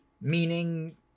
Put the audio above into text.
meaning